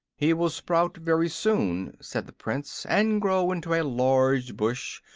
he will sprout very soon, said the prince, and grow into a large bush,